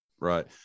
Right